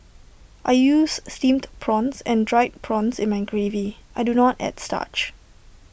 I use Steamed prawns and Dried prawns in my gravy I do not add starch